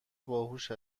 باهوش